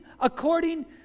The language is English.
according